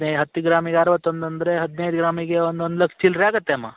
ಅದ್ನೇ ಹತ್ತು ಗ್ರಾಮಿಗೆ ಅರ್ವತೊಂದು ಅಂದರೆ ಹದಿನೈದು ಗ್ರಾಮಿಗೆ ಒಂದು ಒಂದು ಲಕ್ಷ ಚಿಲ್ಲರೆ ಆಗುತ್ತೆ ಅಮ್ಮ